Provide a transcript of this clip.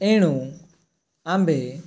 ଏଣୁ ଆମ୍ଭେ